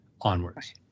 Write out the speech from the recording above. onwards